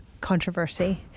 controversy